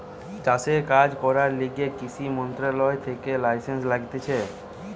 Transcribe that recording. চাষের কাজ করার লিগে কৃষি মন্ত্রণালয় থেকে লাইসেন্স লাগতিছে